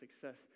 success